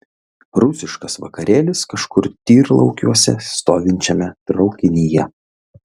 rusiškas vakarėlis kažkur tyrlaukiuose stovinčiame traukinyje